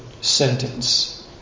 sentence